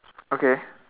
okay